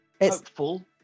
hopeful